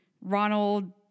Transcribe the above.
Ronald